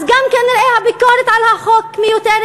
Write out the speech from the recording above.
אז גם כן הביקורת על החוק מיותרת,